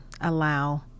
allow